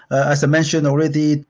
ah as i mentioned already,